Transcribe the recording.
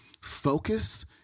focus